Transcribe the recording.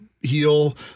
heal